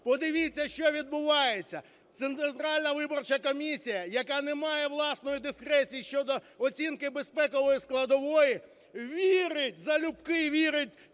Подивіться, що відбувається. Центральна виборча комісія, яка не має власної дискреції щодо оцінки безпекової складової, вірить, залюбки вірить